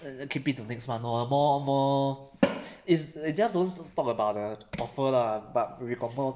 eh err keep it to next month lor more more is just don't talk about the offer lah but we got more